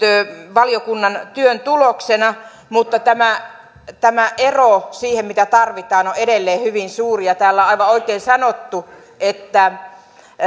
valiokunnan työn tuloksena mutta tämä tämä ero siihen mitä tarvitaan on edelleen hyvin suuri ja täällä on aivan oikein sanottu että